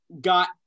got